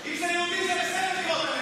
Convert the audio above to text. תגנה את החיזבאללה.